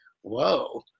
Whoa